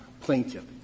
plaintiff